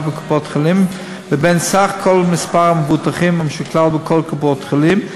מקופות-החולים לבין סך כל מספר המבוטחים המשוקלל בכל קופות-החולים,